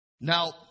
Now